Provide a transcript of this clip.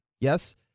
Yes